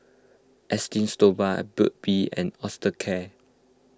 Esteem Stoma Burt's Bee and Osteocare